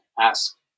ask